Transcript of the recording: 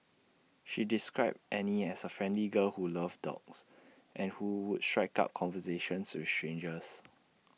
she described Annie as A friendly girl who loved dogs and who would strike up conversations with strangers